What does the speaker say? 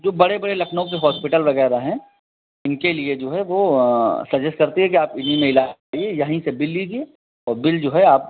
जो बड़े बड़े लखनऊ के हॉस्पिटल वगैरह हैं इनके लिए जो हैं वो सजेस्ट करते हैं कि आप इन्ही में इलाज करिए यहीं से बिल लीजिए और बिल जो है आप